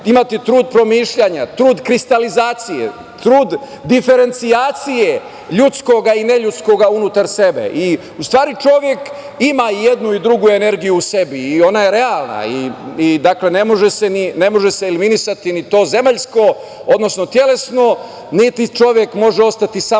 imati trud promišljanja, trud kristalizacije, trud diferencijacije ljudskog i neljudskog unutar sebe.U stvari, čovek ima i jednu i drugu energiju u sebi i ona je realna i ne može se eliminisati ni to zemaljsko, odnosno telesno, niti čovek može ostati samo